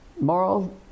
moral